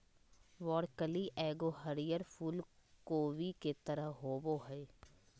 broccoli एगो हरीयर फूल कोबी के तरह होबो हइ